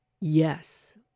Yes